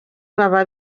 baba